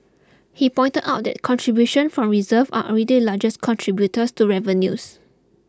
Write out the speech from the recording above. he pointed out that contributions from reserves are already largest contributor to revenues